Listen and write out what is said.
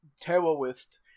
Terrorist